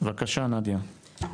בבקשה, נדיה.